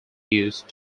used